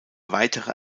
weitere